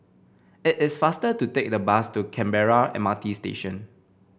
it is faster to take the bus to Canberra M R T Station